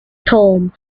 storm